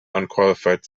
unqualified